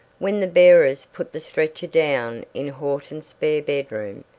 when the bearers put the stretcher down in horton's spare bedroom,